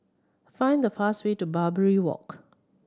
find the fast way to Barbary Walk